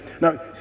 Now